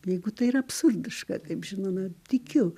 jeigu tai yra absurdiška taip žinoma tikiu